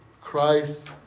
Christ